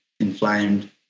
Inflamed